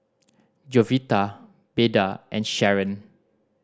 Jovita Beda and Sharron